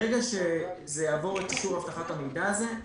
ברגע שזה יעבור את אישור אבטחת המידע הזה,